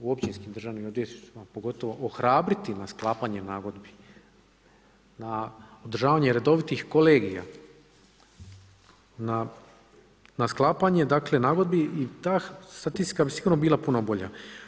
u općinskim državnim odvjetništvima pogotovo ohrabriti na sklapanje nagodbi, na održavanje redovitih kolegija, na sklapanje nagodbi i ta statistika bi sigurno bila puno bolja.